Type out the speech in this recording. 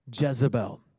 Jezebel